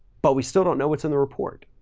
but we still don't know what's in the report.